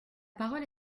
parole